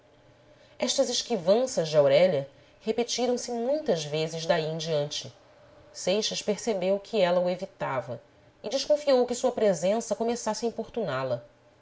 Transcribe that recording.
interior estas esquivanças de aurélia repetiram se muitas vezes daí em diante seixas percebeu que ela o evitava e desconfiou que sua presença começasse a